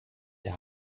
der